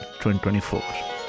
2024